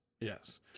Yes